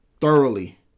thoroughly